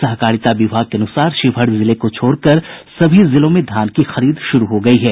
सहकारिता विभाग के अनुसार शिवहर जिले को छोड़कर सभी जिलों में धान की खरीद शुरू हो गयी है